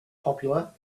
popular